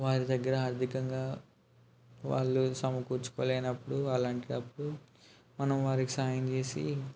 వారి దగ్గర ఆర్ధికంగా వాళ్ళు సమకూర్చుకోలేనప్పుడు అలాంటప్పుడు మనం వారికి సాహాయం చేసి